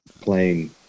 playing